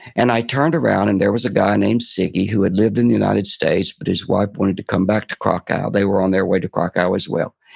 and i turned around, and there was a guy named ziggy, who had lived in the united states, but his wife wanted to come back to krakow. they were on their way to krakow as well.